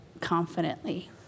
confidently